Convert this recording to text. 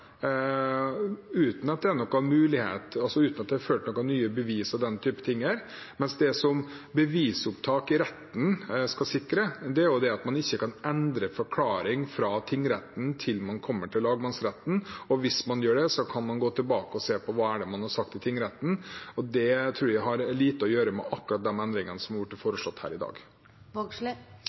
uten at det har blitt ført nye bevis eller den type ting. Det som bevisopptak i retten skal sikre, er at man ikke kan endre forklaring fra tingretten til man kommer til lagmannsretten. Hvis man gjør det, kan man gå tilbake og se hva man sa i tingretten. Det tror jeg har lite å gjøre med de endringene som blir foreslått her i